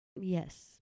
yes